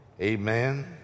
Amen